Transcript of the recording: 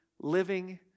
living